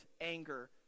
anger